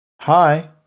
Hi